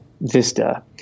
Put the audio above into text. vista